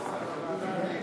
סעיפים 8 9, כהצעת הוועדה,